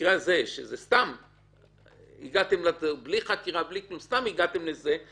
במקרה הזה, שבלי חקירה, בלי כלום, סתם הגעתם לזה,